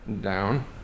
down